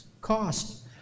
cost